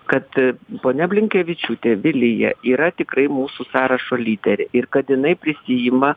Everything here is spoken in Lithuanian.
kad ponia blinkevičiūtė vilija yra tikrai mūsų sąrašo lyderė ir kad jinai prisiima